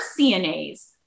CNAs